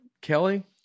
Kelly